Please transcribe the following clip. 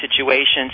situations